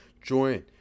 join –